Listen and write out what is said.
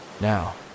Now